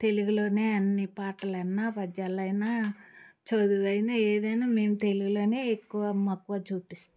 తెలుగులోనే అన్ని పాటలైనా పద్యాలైన చదువైన ఏదైనా మేము తెలుగులోనే ఎక్కువ మక్కువ చూపిస్తాము